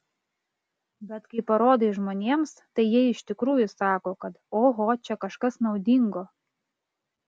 bet kai parodai žmonėms tai jie iš tikrųjų sako kad oho čia kažkas naudingo